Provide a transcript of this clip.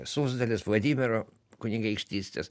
suzdalės vladimiro kunigaikštystės